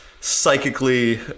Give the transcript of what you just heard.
psychically